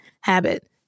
habit